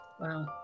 Wow